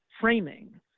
framing